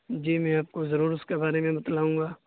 جی میں آپ کو ضرور اس کے بارے میں بتلاؤں گا